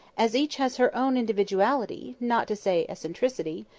as each has her own individuality, not to say eccentricity,